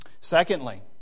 Secondly